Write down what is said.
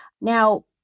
Now